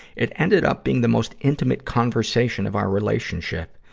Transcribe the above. it ended up being the most intimate conversation of our relationship,